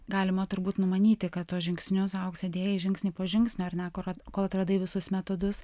galima turbūt numanyti kad tuos žingsnius aukse dėjai žingsnį po žingsnio ar ne kol atradai visus metodus